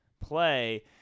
play